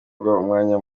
umwanya